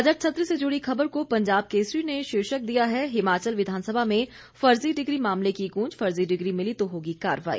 budget सत्र से जुड़ी खबर को पंजाब केसरी ने शीर्षक दिया है हिमाचल विधानसभा में फर्जी डिग्री मामले की गूज फर्जी डिग्री मिली तो होगी कार्रवाई